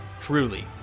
Truly